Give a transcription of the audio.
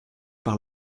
par